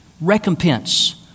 recompense